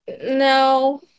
No